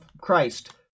Christ